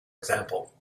example